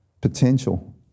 Potential